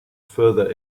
further